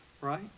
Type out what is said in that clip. Right